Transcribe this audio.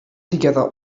together